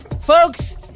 Folks